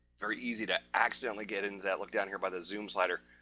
very easy to accidentally get into that look down here by the zoom slider?